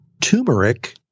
turmeric